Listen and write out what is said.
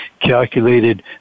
calculated